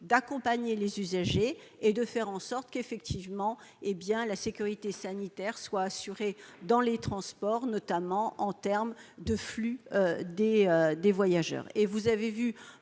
d'accompagner les usagers et de faire en sorte que la sécurité sanitaire soit assurée dans les transports, notamment en ce qui concerne le flux des voyageurs.